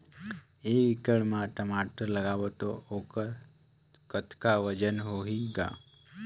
एक एकड़ म टमाटर लगाबो तो ओकर कतका वजन होही ग?